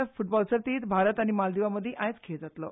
F football सर्तीत भारत आनी मालदिवजामदी आयज खेळ जातलो